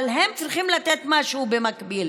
אבל הם צריכים לתת משהו במקביל.